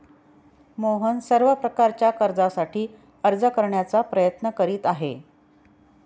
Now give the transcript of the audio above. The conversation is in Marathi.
मोहन सर्व प्रकारच्या कर्जासाठी अर्ज करण्याचा प्रयत्न करीत आहे